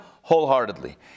wholeheartedly